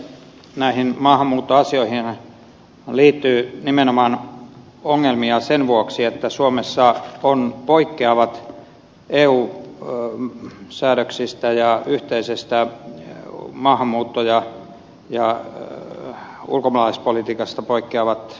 näihin maahanmuuttoasioihinhan liittyy nimenomaan ongelmia sen vuoksi että suomessa on eu säädöksistä ja yhteisestä maahanmuutto ja ulkomaalaispolitiikasta poikkeavat säädökset